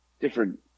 different